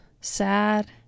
sad